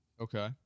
okay